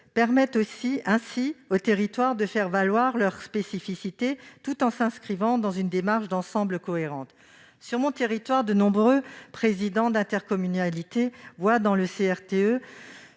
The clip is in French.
permettent ainsi aux territoires de faire valoir leurs spécificités, tout en s'inscrivant dans une démarche d'ensemble cohérente. Sur mon territoire, de nombreux présidents d'intercommunalité voient dans le CRTE